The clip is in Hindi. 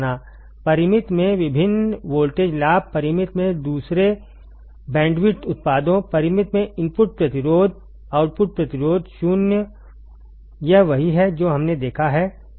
परिमित में विभिन्न वोल्टेज लाभ परिमित में दूसरे बैंडविड्थ उत्पादों परिमित में इनपुट प्रतिरोध आउटपुट प्रतिरोध शून्य यह वही है जो हमने देखा है